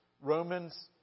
Romans